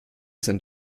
sind